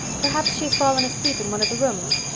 perhaps she has fallen asleep in one of the rooms.